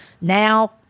Now